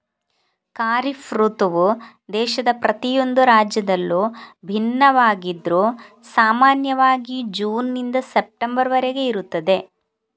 ಖಾರಿಫ್ ಋತುವು ದೇಶದ ಪ್ರತಿಯೊಂದು ರಾಜ್ಯದಲ್ಲೂ ಭಿನ್ನವಾಗಿದ್ರೂ ಸಾಮಾನ್ಯವಾಗಿ ಜೂನ್ ನಿಂದ ಸೆಪ್ಟೆಂಬರ್ ವರೆಗೆ ಇರುತ್ತದೆ